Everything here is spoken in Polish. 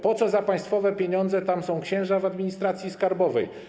Po co za państwowe pieniądze są księża w administracji skarbowej?